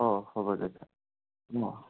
অঁ হ'ব দে অঁ